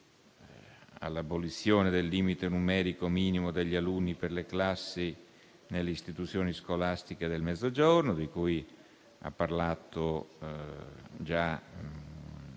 all'abolizione del limite numerico minimo degli alunni per le classi nelle istituzioni scolastiche del Mezzogiorno. Questo è